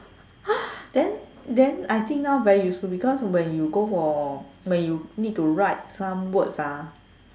!huh! then then I think now very useful because when you go for when you need to write some words ah